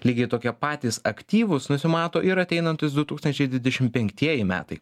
lygiai tokie patys aktyvūs nusimato ir ateinantys du tūkstančiai dvidešimt penktieji metai